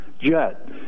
jet